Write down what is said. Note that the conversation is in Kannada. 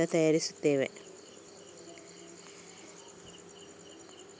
ಜೇನು ಒಂದು ಸಿರಪ್ ದ್ರವವಾಗಿದ್ದು, ಜೇನುಹುಳುಗಳು ಸಸ್ಯದ ಮಕರಂದದಿಂದ ತಯಾರಿಸುತ್ತವೆ